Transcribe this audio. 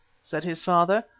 said his father.